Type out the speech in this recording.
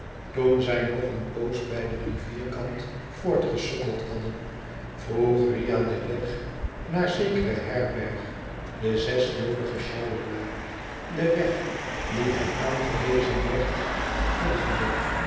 toen zij nog eene poos bij den rivierkant voortgesukkeld hadden vroeg riah den weg naar zekere herberg de zes jolige sjouwerlui den weg die hem aangewezen werd volgende